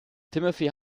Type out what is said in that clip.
timothy